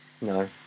No